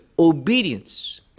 obedience